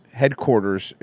headquarters